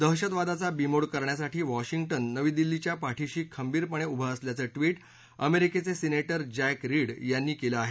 दहशतवादाचा बीमोड करण्यासाठी वॉशिंग्टन नवी दिल्लीच्या पाठीशी खंबीरपणे उभं असल्याचं ट्विट अमेरिकेचे सिनेटर जॅक रीड यांनी केलं आहे